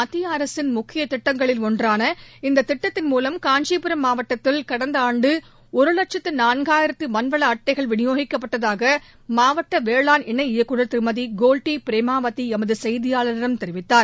மத்திய அரசின் முக்கிய திட்டங்களில் ஒன்றான இந்த திட்டத்தின் மூலம் காஞ்சிபுரம் மாவட்டத்தில் கடந்த ஆண்டு ஒரு வட்கத்து நாள்காயிரத்து மண்வள அட்டைகள் விநியோகிக்கப்பட்டதுக மாவட்ட வேளாண் இணை இயக்குநர் திருமதி கோவ்டி பிரேமாவதி எமது செய்தியாளரிடம் தெரிவித்தார்